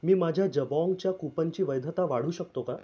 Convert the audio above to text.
मी माझ्या जबाँगच्या कूपनची वैधता वाढू शकतो का